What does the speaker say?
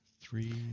three